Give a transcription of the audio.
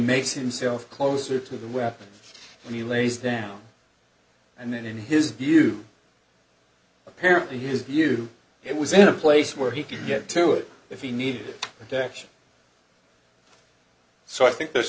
makes himself closer to the weapons when he lays down and then in his view apparently his view to it was in a place where he could get to it if he needed addiction so i think there's